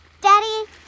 Daddy